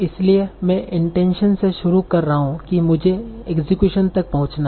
इसलिए मैं इनटेनशन से शुरू कर रहा हूं की मुझे इक्सक्यूशन तक पहुंचना है